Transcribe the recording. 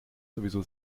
sowieso